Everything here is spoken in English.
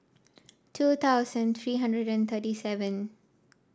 two thousand three hundred and thirty seven